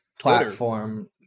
Platform